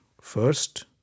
First